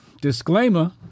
Disclaimer